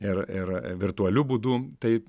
ir ir virtualiu būdu taip